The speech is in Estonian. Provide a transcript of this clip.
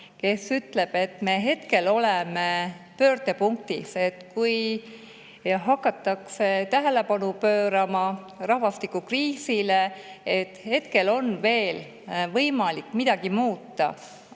Ta ütleb, et me hetkel oleme pöördepunktis. Kui hakatakse tähelepanu pöörama rahvastikukriisile, siis hetkel on veel võimalik midagi muuta,